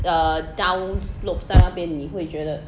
err down slopes 在那边你会觉得